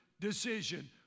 decision